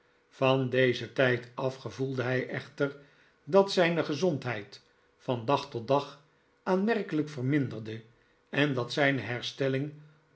van dezen tijd af gevoelde hij echter dat zijne gezondheid van dag tot dag aanmerkelijk verminderde en dat zijne herstelling